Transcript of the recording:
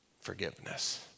forgiveness